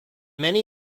many